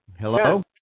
Hello